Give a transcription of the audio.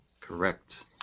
correct